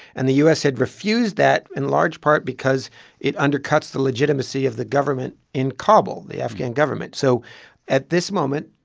and the u s. had refused that in large part because it undercuts the legitimacy of the government in kabul, the afghan government. so at this moment,